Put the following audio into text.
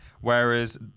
Whereas